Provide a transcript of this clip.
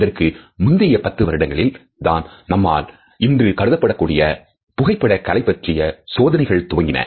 இதற்கு முந்திய பத்து வருடங்களில் தான் நம்மால் இன்று கருதப்படக்கூடிய புகைப்பட கலை பற்றிய சோதனைகள் துவங்கின